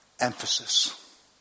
emphasis